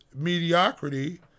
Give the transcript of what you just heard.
mediocrity